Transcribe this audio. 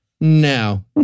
now